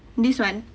this [one]